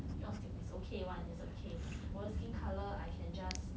不用紧 is okay [one] is okay 我的 skin colour I can just